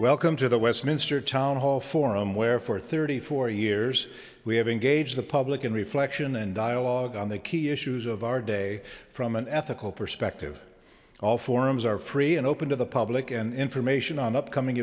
welcome to the westminster town hall forum where for thirty four years we have engaged the public in reflection and dialogue on the key issues of our day from an ethical perspective all forums are free and open to the public and information on upcoming